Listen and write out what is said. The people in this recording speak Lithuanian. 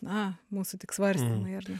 na mūsų tik svarstymai ar ne